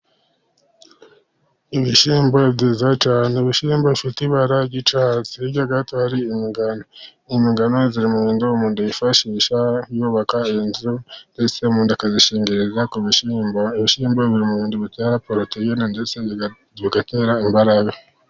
Ibishyimbo byiza cyane, ibishyimbo bifite ibara ry'icyatsi. Hirya gato hari imigano. Imigano iri mu bintu umuntu yifashisha yubaka inzu ndetse umuntu akayishingiriza ku bishyimbo. Ibishyimbo biri mu bintu bitera poroteyine ndetse bigatera imbaraga.